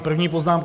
První poznámka.